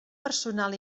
personal